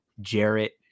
Jarrett